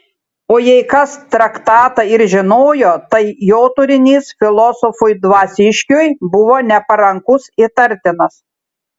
o jei kas traktatą ir žinojo tai jo turinys filosofui dvasiškiui buvo neparankus įtartinas